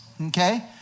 okay